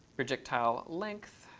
projectile length